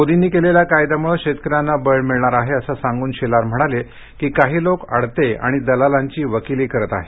मोदींनी केलेल्या कायद्यामुळे शेतक यांना बळ मिळणार आहे असं सांगून शेलार म्हणाले की कांही लोक आडते आणि दलालांची वकिली करत आहेत